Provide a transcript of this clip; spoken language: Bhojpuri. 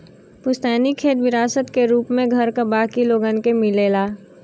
पुस्तैनी खेत विरासत क रूप में घर क बाकी लोगन के मिलेला